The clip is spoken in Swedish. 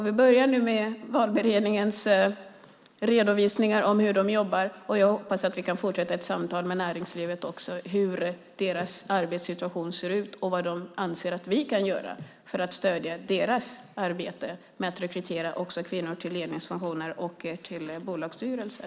Vi börjar nu med valberedningarnas redovisningar om hur de jobbar, och jag hoppas att vi kan fortsätta ett samtal med näringslivet om hur deras arbetssituation ser ut och vad de anser att vi kan göra för att stödja deras arbete med att rekrytera kvinnor till ledningsfunktioner och till bolagsstyrelser.